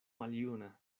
maljuna